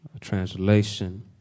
Translation